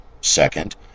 Second